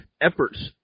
efforts